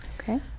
Okay